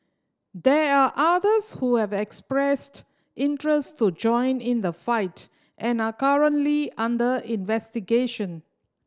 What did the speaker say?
there are others who have expressed interest to join in the fight and are currently under investigation